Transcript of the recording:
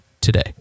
today